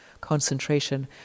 concentration